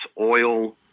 oil